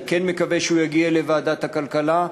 אני כן מקווה שהוא יגיע לוועדת הכלכלה.